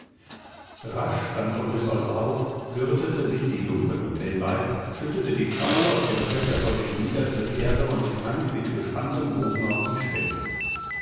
rasch stand odysseus auf gürtete sich die lumpen um den leib schüttete die pfeile aus dem köcher vor sich nieder zur erde und sprang mit gespanntem bogen auf die schwelle